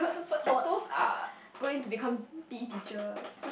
but those are going to become P_E teachers